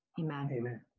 Amen